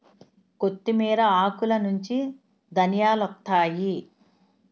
కొత్తిమీర ఆకులనుంచి ధనియాలొత్తాయి